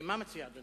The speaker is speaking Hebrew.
מה מציע אדוני?